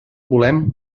volem